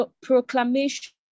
proclamation